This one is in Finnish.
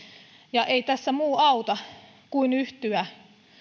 ja ei tässä muu auta kuin yhtyä